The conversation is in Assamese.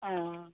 অঁ